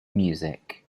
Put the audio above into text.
music